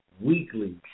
weekly